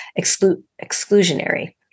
exclusionary